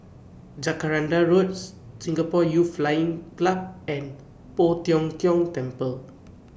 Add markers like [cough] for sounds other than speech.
[noise] Jacaranda Roads Singapore Youth Flying Club and Poh Tiong Kiong Temple